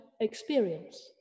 experience